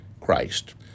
Christ